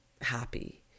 happy